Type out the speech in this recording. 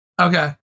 Okay